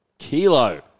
kilo